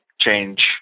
change